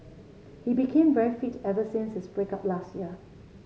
he became very fit ever since his break up last year